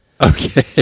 okay